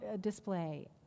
display